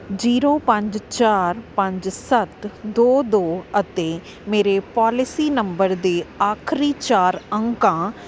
zero ਪੰਜ ਚਾਰ ਪੰਜ ਸੱਤ ਦੋ ਦੋ ਅਤੇ ਮੇਰੇ ਪਾਲਿਸੀ ਨੰਬਰ ਦੇ ਆਖਰੀ ਚਾਰ ਅੰਕਾਂ